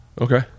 okay